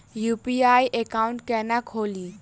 UPI account केना खोलि?